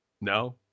No